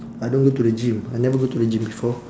I don't go to the gym I never go to the gym before